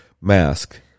mask